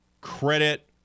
Credit